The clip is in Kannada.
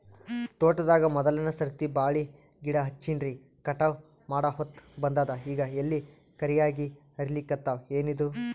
ತೋಟದಾಗ ಮೋದಲನೆ ಸರ್ತಿ ಬಾಳಿ ಗಿಡ ಹಚ್ಚಿನ್ರಿ, ಕಟಾವ ಮಾಡಹೊತ್ತ ಬಂದದ ಈಗ ಎಲಿ ಕರಿಯಾಗಿ ಹರಿಲಿಕತ್ತಾವ, ಏನಿದು?